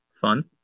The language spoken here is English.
fun